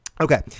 Okay